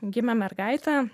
gimė mergaitė